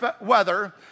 weather